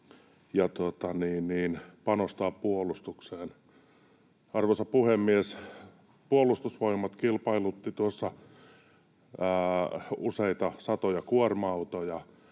ja panostaa puolustukseen. Arvoisa puhemies! Puolustusvoimat kilpailutti useita satoja kuorma-autoja,